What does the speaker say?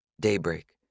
Daybreak